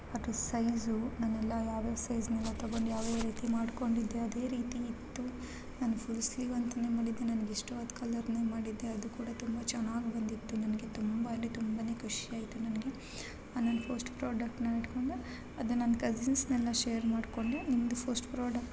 ಮತ್ತು ಸೈಝು ನನ್ನೆಲ್ಲ ಯಾವ ಯಾವ ಸೈಝ್ ಮೇಲೆ ತಗೊಂಡೆ ಯಾವ ಯಾವ ರೀತಿ ಮಾಡ್ಕೊಂಡಿದ್ದೆ ಅದೇ ರೀತಿ ಇತ್ತು ನಾನು ಫುಲ್ ಸ್ಲೀವ್ ಅಂತಲೇ ಮಾಡಿದ್ದೆ ನನಗೆ ಇಷ್ಟವಾದ ಕಲರ್ನೆ ಮಾಡಿದ್ದೆ ಅದು ಕೂಡ ತುಂಬ ಚೆನ್ನಾಗಿ ಬಂದಿತ್ತು ನನಗೆ ತುಂಬ ಅಂದರೆ ತುಂಬ ಖುಷಿ ಆಯಿತು ನನಗೆ ನನ್ನ ಫಸ್ಟ್ ಪ್ರಾಡಕ್ಟ್ನ ಇಟ್ಕೊಂಡು ಅದು ನನ್ನ ಕಝಿನ್ಸ್ನೆಲ್ಲ ಶೇರ್ ಮಾಡ್ಕೊಂಡೆ ನಿಮ್ಮದು ಫಸ್ಟ್ ಪ್ರಾಡಕ್ಟ್